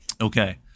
Okay